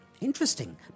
Interesting